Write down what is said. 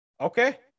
Okay